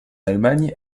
allemagne